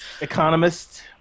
Economist